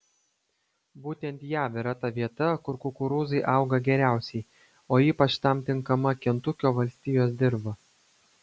būtent jav yra ta vieta kur kukurūzai auga geriausiai o ypač tam tinkama kentukio valstijos dirva